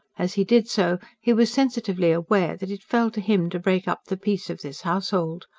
as he did so, he was sensitively aware that it fell to him to break up the peace of this household.